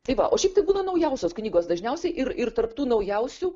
tai va o šiaip tai būna naujausios knygos dažniausiai ir ir tarp tų naujausių